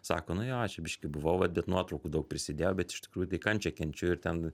sako nu jo čia biškį buvau vat bet nuotraukų daug prisidėjau bet iš tikrųjų tai kančią kenčiu ir ten